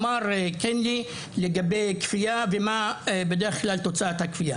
כמו שאמר קינלי לגבי כפייה ומהי בדרך כלל תוצאת הכפייה.